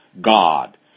God